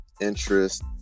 interest